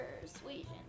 Persuasion